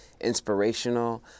inspirational